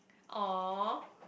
or